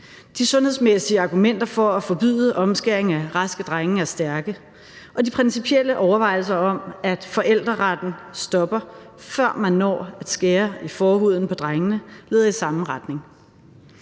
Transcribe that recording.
De sundhedsmæssige argumenter for at forbyde omskæring af raske drenge er stærke, og de principielle overvejelser om, at forældreretten stopper, før man når at skære i forhuden på drengene, leder i samme retning.